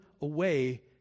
away